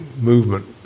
movement